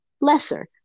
lesser